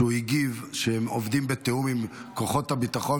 שהגיב שהם עובדים בתיאום עם כוחות הביטחון,